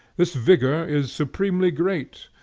this vigor is supremely great,